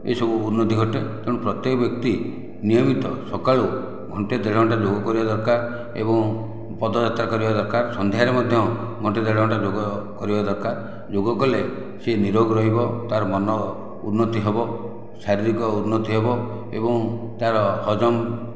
ଏହି ସବୁ ଉନ୍ନତି ଘଟେ ତେଣୁ ପ୍ରତ୍ୟେକ ବ୍ୟକ୍ତି ନିୟମିତ ସକାଳୁ ଘଣ୍ଟେ ଦେଢ଼ ଘଣ୍ଟା ଯୋଗ କରିବା ଦରକାର ଏବଂ ପଦଯାତ୍ରା କରିବା ଦରକାର ସନ୍ଧ୍ୟାରେ ମଧ୍ୟ ଘଣ୍ଟେ ଦେଢ଼ ଘଣ୍ଟା ଯୋଗ କରିବା ଦରକାର ଯୋଗ କଲେ ସେ ନିରୋଗ ରହିବ ତାର ମନ ଉନ୍ନତି ହେବ ଶାରୀରିକ ଉନ୍ନତି ହେବ ଏବଂ ତାର ହଜମ